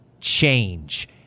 change